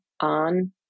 on